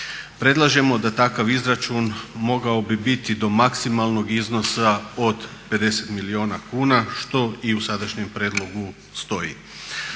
Predlažemo da takav izračun mogao bi biti do maksimalnog iznosa od 50 milijuna kuna što i u sadašnjem prijedlogu stoji.